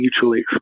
mutually